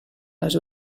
les